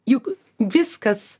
juk viskas